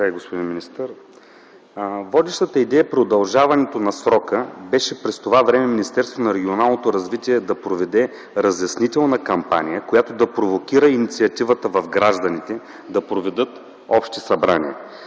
Водещата идея – продължаването на срока, беше през това време Министерството на регионалното развитие и благоустройството да проведе разяснителна кампания, която да провокира инициативата в гражданите да проведат общи събрания.